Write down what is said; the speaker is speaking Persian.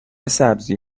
سبزی